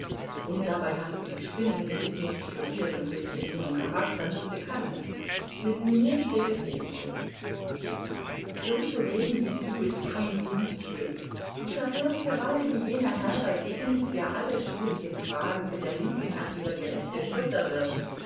und dabei hast du die spinnen gewiß nicht studiert und bist mit ihrem charakter nicht bekannt mit mir steht es ebenso so zu reden wie du ist kein kunststück du verfährst gerade wie jener herr bei dickens der alle schwierigen fragen mit der linken hand über die rechte schulter wirft